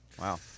Wow